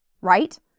right